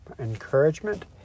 encouragement